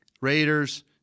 Raiders